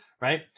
right